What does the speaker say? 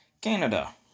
Canada